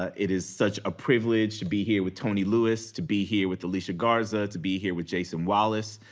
ah it is such a privilege to be here with tony lewis, to be here with alicia garza, to be here with jason wallace.